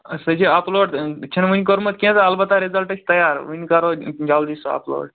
سُہ چھِ upload چھُنہٕ وُنہِ کوٚرمُت کیٚنٛہہ تہٕ البتہٕ رِزلٹہٕ چھُ تیار وُنۍ کَرو جلدٕے سُہ اَپ لوڈ